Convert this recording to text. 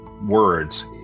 words